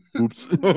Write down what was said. Oops